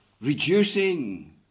reducing